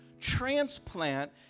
transplant